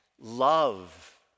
love